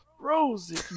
Rosie